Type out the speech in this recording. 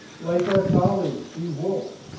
like our colleague steve woolf,